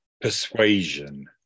persuasion